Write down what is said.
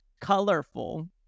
colorful